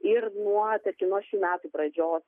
ir nuo tarkim nuo šių metų pradžios